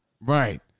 Right